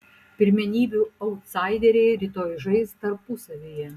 pirmenybių autsaideriai rytoj žais tarpusavyje